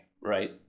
right